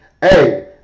Hey